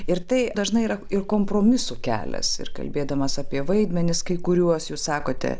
ir tai dažnai yra ir kompromisų kelias ir kalbėdamas apie vaidmenis kai kuriuos jūs sakote